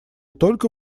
только